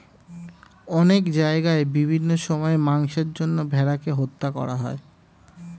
অনেক জায়গায় বিভিন্ন সময়ে মাংসের জন্য ভেড়াকে হত্যা করা হয়